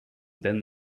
then